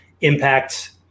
impact